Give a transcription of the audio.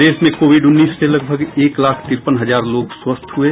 प्रदेश में कोविड उन्नीस से लगभग एक लाख तिरपन हजार लोग स्वस्थ हुये